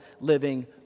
living